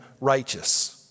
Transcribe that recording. righteous